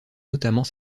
notamment